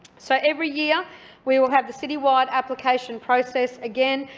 so, every year we will have the citywide application process again,